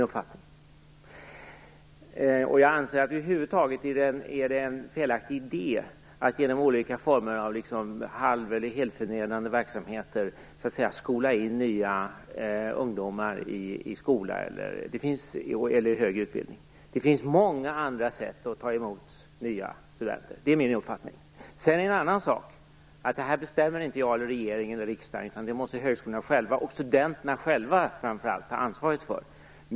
Jag anser att det över huvud taget är en felaktig idé att genom olika former av halv eller helförnedrande verksamheter skola in nya ungdomar i skolor eller högre utbildning. Det finns många andra sätt att ta emot nya studenter. Om detta bestämmer inte jag, regeringen eller riksdagen, utan det måste högskolorna och framför allt studenterna själva ta ansvar för.